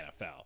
NFL